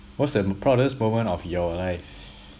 what's the proudest moment of your life